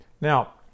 Now